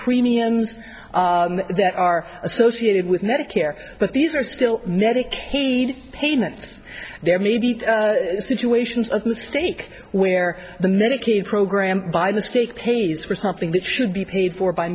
premiums that are associated with medicare but these are still medicaid payments there may be situations of stake where the medicaid program by the state pays for something that should be paid for by